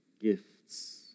gifts